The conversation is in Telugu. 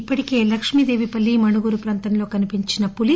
ఇప్పటికే లక్ష్మీదేవి పల్లి మణుగూరు ప్రాంతంలో కనిపించిన పులీ